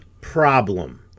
problem